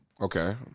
Okay